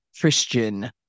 Christian